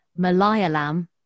Malayalam